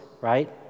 right